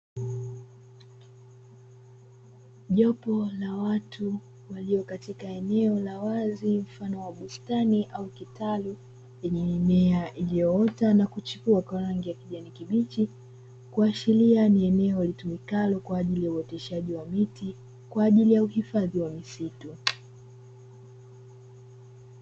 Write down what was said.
Jopo la watu waliopo katika eneo la wazi mfano wa bustani ama kitalu, lenye mimea iliyoota na kuchipua kwa rangi ya kijani kibichi. Kuashiria ni eneo litumikalo kwa ajili uoteshaji wa miti, kwa ajili ya uhifadhi wa misitu.